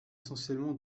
essentiellement